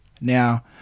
Now